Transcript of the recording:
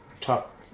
top